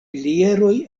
pilieroj